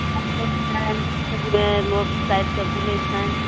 पोखरि छै पोखरिमे लोक साइडसँ बुलै छै